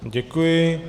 Děkuji.